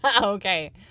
okay